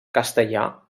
castellà